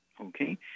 Okay